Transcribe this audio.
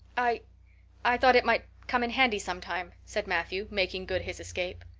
i i thought it might come in handy sometime, said matthew, making good his escape.